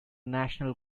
national